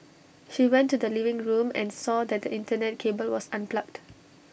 she went to the living room and saw that the Internet cable was unplugged